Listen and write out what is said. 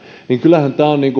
kyllähän tämä on